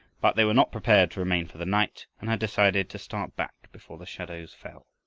but they were not prepared to remain for the night, and had decided to start back before the shadows fell.